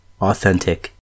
Authentic